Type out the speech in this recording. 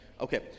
Okay